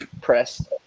Press